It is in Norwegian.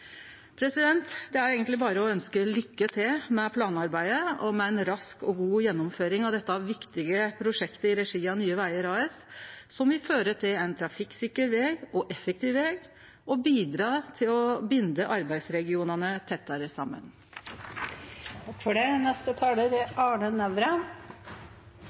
Det er eigentleg berre å ynskje lykke til med planarbeidet og med ei rask og god gjennomføring av dette viktige prosjektet i regi av Nye Vegar AS, som vil føre til ein trafikksikker og effektiv veg, og bidra til å binde arbeidsregionane tettare saman. Her skal dere få høre et annet innlegg. Det